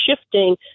shifting